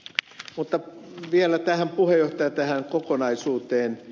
mutta vielä puhemies tähän kokonaisuuteen